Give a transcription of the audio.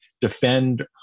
defend